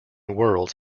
worlds